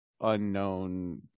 unknown